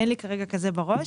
אין לי כרגע כזה בראש